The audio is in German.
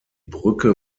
brücke